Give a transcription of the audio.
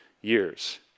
years